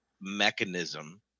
mechanism